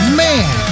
man